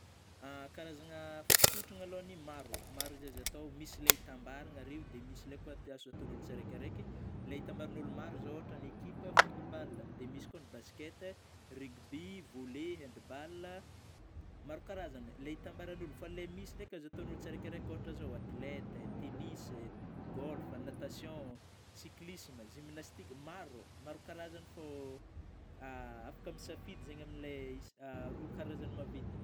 Karazana fikôtrana alôhany maro, maro zey azo atao misy ilay hitambaragna reo, dia misy lay koa azo ataon'ôlô tsiraikiraiky .Lay hitambaran'olo maro zao ôhatra ny ekipa fottball, dia misy koa ny basket, rungby, volley et handball maro karazagna lay hitambaran'ôlô. Fa le misy ndraiky azo ataon'ôlô tsiraikiraiky ôhatry zao: atlethe, tenis, golf, natation ,cyclisme, gymnastique maro, maro karazagny fô afaka misafidy zagny amin'ny le rôa karazagny maventy reo.